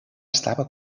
estava